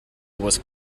was